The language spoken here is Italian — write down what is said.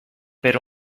per